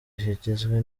kigizwe